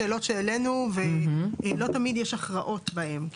שאלות שהעלינו ולא תמיד יש הכרעות לגביהן.